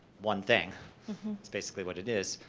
one thing, is basically what it is.